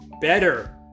better